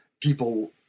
People